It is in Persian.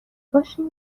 باشین